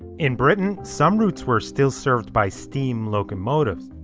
in britain, some routes were still served by steam locomotives.